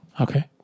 Okay